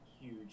huge